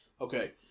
Okay